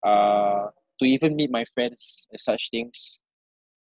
uh to even meet my friends as such things